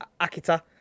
akita